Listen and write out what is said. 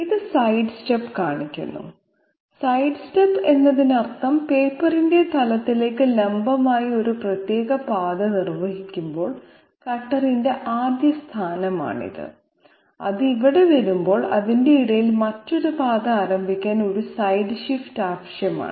ഇത് സൈഡ്സ്റ്റെപ്പ് കാണിക്കുന്നു സൈഡ്സ്റ്റെപ്പ് എന്നതിനർത്ഥം പേപ്പറിന്റെ തലത്തിലേക്ക് ലംബമായി ഒരു പ്രത്യേക പാത നിർവ്വഹിക്കുമ്പോൾ കട്ടറിന്റെ ആദ്യ സ്ഥാനമാണിത് അത് ഇവിടെ വരുമ്പോൾ അതിന്റെ ഇടയിൽ മറ്റൊരു പാത ആരംഭിക്കാൻ ഒരു സൈഡ് ഷിഫ്റ്റ് ആവശ്യമാണ്